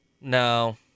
No